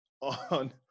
on